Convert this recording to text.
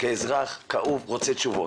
כאזרח כאוב רוצה תשובות,